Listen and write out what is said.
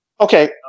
Okay